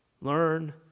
learn